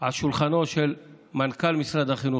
על שולחנו של מנכ"ל משרד החינוך,